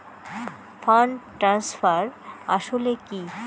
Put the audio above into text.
Fund transfer আসলে কী?